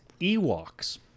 Ewoks